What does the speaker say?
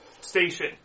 station